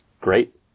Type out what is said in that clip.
great